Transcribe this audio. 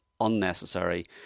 unnecessary